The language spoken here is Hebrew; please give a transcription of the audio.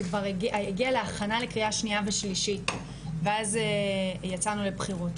זה הגיע להכנה לקריאה שניה ושלישית ואז יצאנו לבחירות.